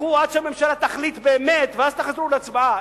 תחכו עד שהממשלה תחליט באמת ואז תחזרו להצבעה,